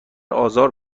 آزار